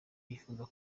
yifuza